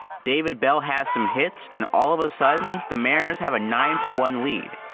david bell has some hits, and all of a sudden, the mariners have a nine to one lead.